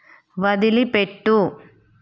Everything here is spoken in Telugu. వదిలిపెట్టు